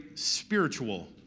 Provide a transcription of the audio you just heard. spiritual